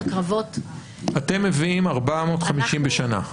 אתם מביאים 450 בשנה מחמ"ע.